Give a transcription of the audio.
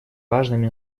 важными